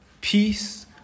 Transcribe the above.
peace